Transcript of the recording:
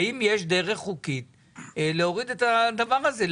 האם יש דרך חוקית להוריד את הדבר הזה,